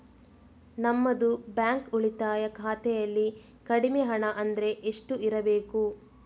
ನಮ್ಮದು ಬ್ಯಾಂಕ್ ಉಳಿತಾಯ ಖಾತೆಯಲ್ಲಿ ಕಡಿಮೆ ಹಣ ಅಂದ್ರೆ ಎಷ್ಟು ಇರಬೇಕು?